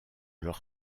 leur